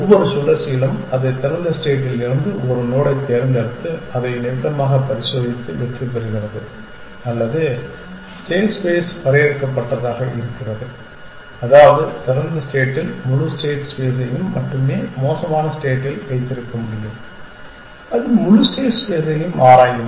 ஒவ்வொரு சுழற்சியிலும் அது திறந்த ஸ்டேட்டில் இருந்து ஒரு நோடைத் தேர்ந்தெடுத்து அதை நெருக்கமாக பரிசோதித்து வெற்றிபெறுகிறது அல்லது ஸ்டேட் ஸ்பேஸ் வரையறுக்கப்பட்டதாக இருக்கிறது அதாவது திறந்த ஸ்டேட்டில் முழு ஸ்டேட் ஸ்பேஸையும் மட்டுமே மோசமான ஸ்டேட்டில் வைத்திருக்க முடியும் அது முழு ஸ்டேட் ஸ்பேஸையும் ஆராயும்